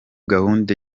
gahunda